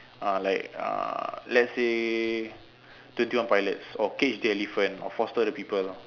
uh like uh let's say twenty one pilots or cage the elephant or foster the people